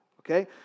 okay